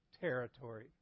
territory